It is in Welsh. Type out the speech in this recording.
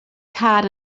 car